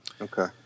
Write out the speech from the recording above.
Okay